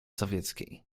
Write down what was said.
sowieckiej